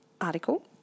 article